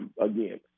again